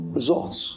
Results